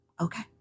Okay